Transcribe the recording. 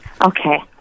Okay